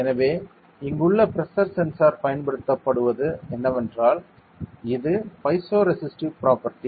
எனவே இங்குள்ள pressure sensor பயன்படுத்தப்படுவது என்னவென்றால் இது பைசோ ரெசிஸ்டிவ் ப்ராப்பர்ட்டி